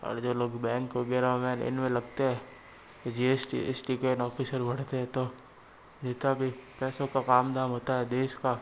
और जो लोग बैंक वगैरह में इनमें लगते हैं G S T S T के ऑफ़िसर बनते हैं तो जितना भी पैसों का काम धाम होता है देश का